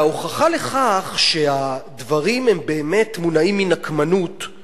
וההוכחה לכך שהדברים הם באמת מונעים מנקמנות היא